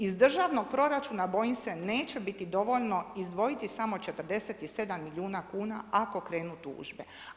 Iz državnog proračuna, bojim se, neće biti dovoljno izdvojiti samo 47 milijuna kuna ako krenu tužbe.